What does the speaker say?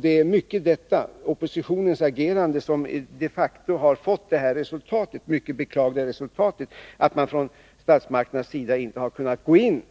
Det är mycket oppositionens agerande som de facto har fått det här mycket beklagliga resultatet, att statsmakterna inte har kunnat gå in